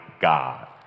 God